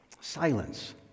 silence